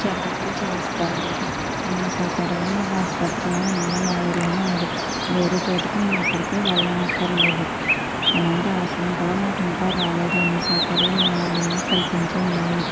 చెకప్లు చేస్తారు అన్ని సౌకర్యాలు మాకు ఆసుపత్రిలో ఉన్నాయి మా ఊర్లోనే ఉన్నది వేరే చోటికి మేము ఎక్కడికి వెళ్ళనక్కర్లేదు అలాంటి అవసరం కూడా మాకు ఇంకా రాలేదు అన్ని సౌకర్యాలు మా ఊర్లోనే కల్పించి ఉన్నాయి